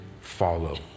follow